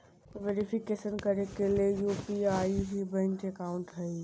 verification करे ले UPI ही बैंक अकाउंट हइ